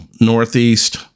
northeast